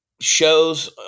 Shows